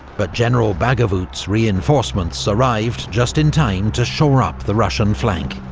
but general baggovut's reinforcements arrived just in time to shore up the russian flank.